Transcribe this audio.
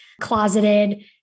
closeted